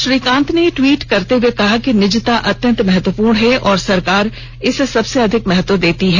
श्री कांत ने ट्वीट करते हुए कहा कि निजता अत्यंत महत्वपूर्ण है और सरकार इसे सबसे अधिक महत्व देती है